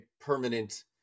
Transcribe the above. permanent